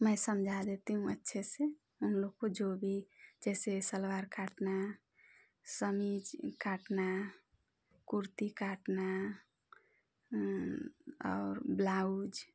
मैं समझा देती हूँ अच्छे से उन लोग को जो भी जैसे सलवार काटना समीज काटना कुर्ती काटना और ब्लाउज